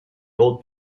old